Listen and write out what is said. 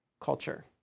culture